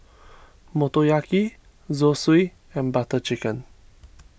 Motoyaki Zosui and Butter Chicken